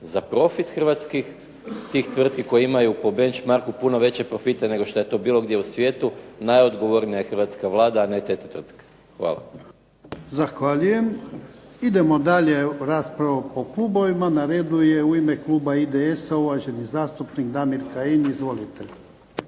Za profit tih hrvatskih, tih tvrtki koji imaju po bench marku puno veće profite nego što je to bilo gdje u svijetu najodogovornija je hrvatska Vlada, a ne …/Govornik se ne razumije./… Hvala. **Jarnjak, Ivan (HDZ)** Zahvaljujem. Idemo dalje raspravu po klubovima. Na redu je u ime kluba IDS-a uvaženi zastupnik Damir Kajin. Izvolite.